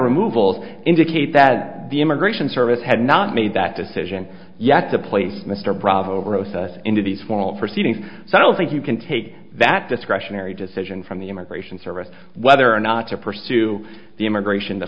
removals indicate that the immigration service had not made that decision yet the place mr bravo vosa into these formal perceiving so i don't think you can take that discretionary decision from the immigration service whether or not to pursue the immigration the